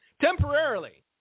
Temporarily